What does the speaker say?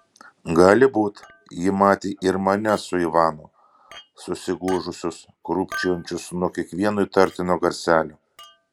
gali būti ji matė ir mane su ivanu susigūžusius krūpčiojančius nuo kiekvieno įtartino garselio